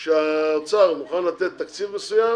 האוצר מוכן לתת תקציב מסוים